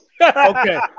Okay